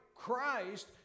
Christ